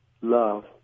love